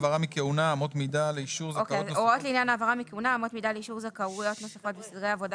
אמות מידה לאישור זכאויות נוספות וסדרי עבודה